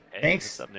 Thanks